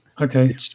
Okay